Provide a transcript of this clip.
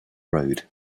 road